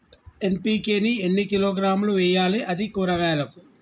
NPK ని ఎన్ని కిలోగ్రాములు వెయ్యాలి? అది కూరగాయలకు?